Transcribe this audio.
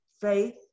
faith